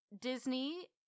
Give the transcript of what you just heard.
Disney